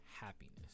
happiness